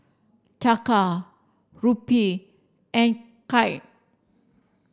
Taka Rupee and Kyat